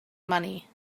money